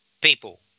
people